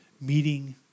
Meeting